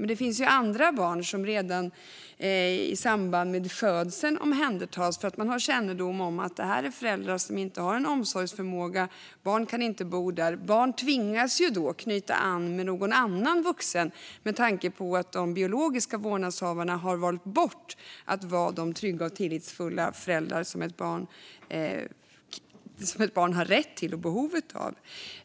Men det finns andra barn som redan i samband med födseln omhändertas för att man har kännedom om att föräldrarna inte har en omsorgsförmåga. Barn kan inte bo hos dem. Eftersom de biologiska vårdnadshavarna har valt bort att vara de trygga och tillitsfulla föräldrar som barn har rätt till och behov av